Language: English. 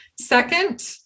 Second